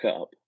up